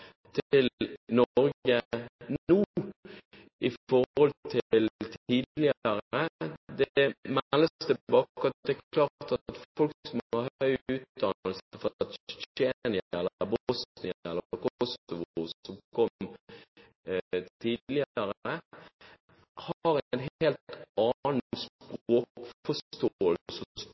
til Norge nå, i forhold til tidligere. Det meldes tilbake at folk som har høy utdannelse fra Tsjetsjenia eller Bosnia eller Kosovo, som kom tidligere, har en helt